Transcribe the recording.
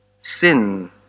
Sin